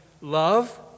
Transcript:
love